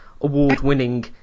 award-winning